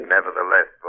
Nevertheless